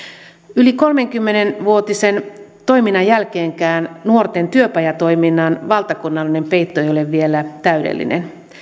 yli kolmekymmentä vuotisen toiminnan jälkeenkään nuorten työpajatoiminnan valtakunnallinen peitto ei ole vielä täydellinen